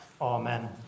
Amen